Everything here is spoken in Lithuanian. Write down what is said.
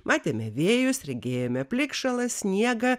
matėme vėjus regėjome plikšalą sniegą